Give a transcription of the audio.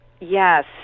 Yes